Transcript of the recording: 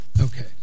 Okay